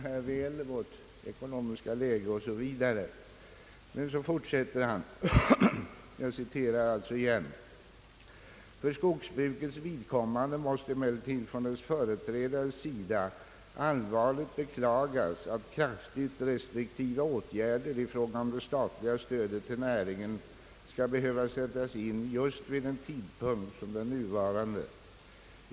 Det är vårt ekonomiska läge o. s. V., och så fortsätter han: »För skogsbrukets vidkommande måste emellertid från dess företrädares sida allvarligt beklagas att kraftigt restriktiva åtgärder i fråga om det statliga stödet till näringen skall behöva sättas in just vid en tidpunkt som den nuvarande.